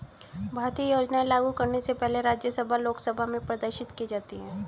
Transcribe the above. भारतीय योजनाएं लागू करने से पहले राज्यसभा लोकसभा में प्रदर्शित की जाती है